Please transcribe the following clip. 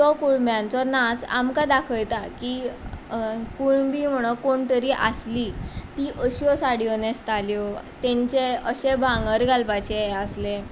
तो कुळम्यांचो नाच आमकां दाखयता की कुळमीं म्हणोन कोण तरी आसलीं तीं अश्यो साडयो न्हेसताल्यो तेंचें अशें भांगर घालपाचें हें आसलें